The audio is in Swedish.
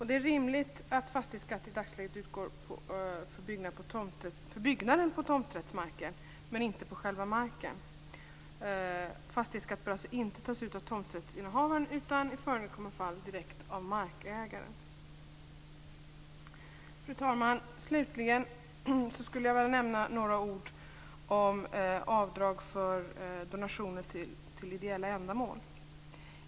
Det är rimligt att fastighetsskatt i dagsläget utgår för byggnaden på tomträttsmarken men inte för själva marken. Fastighetsskatt bör alltså inte tas ut av tomträttsinnehavaren utan i förekommande fall direkt av markägaren. Fru talman! Slutligen skulle jag vilja nämna några ord om avdrag för donationer till ideella ändamål.